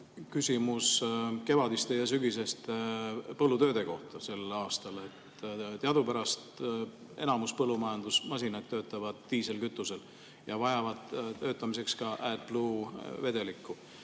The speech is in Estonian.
küsimus kevadiste ja sügiseste põllutööde kohta sel aastal. Teadupärast töötab enamus põllumajandusmasinaid diislikütusel ja nad vajavad töötamiseks ka AdBlue-vedelikku.